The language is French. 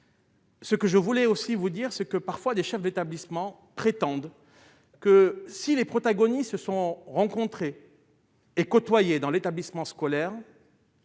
Ce que je voulais aussi vous dire ce que parfois des chefs d'établissement, prétendent que si les protagonistes se sont rencontrés et côtoyé dans l'établissement scolaire.